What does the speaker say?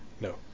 No